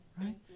right